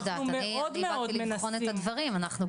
אני לא יודעת, אני באתי לבחון את הדברים, אנחנו.